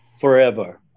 forever